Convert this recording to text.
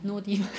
no deal